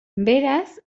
beraz